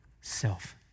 self